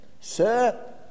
Sir